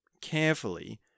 carefully